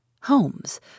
Holmes